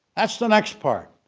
that's the next part.